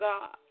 God